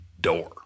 door